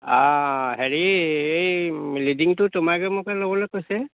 হেৰি এই লীডিঙটো তোমাকে মোকে ল'বলৈ কৈছে